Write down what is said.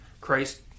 Christ